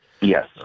Yes